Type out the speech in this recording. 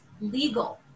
legal